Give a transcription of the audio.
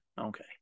Okay